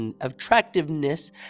attractiveness